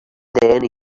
then